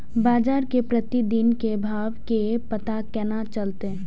बजार के प्रतिदिन के भाव के पता केना चलते?